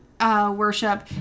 worship